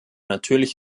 natürlich